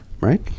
Right